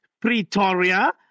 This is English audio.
Pretoria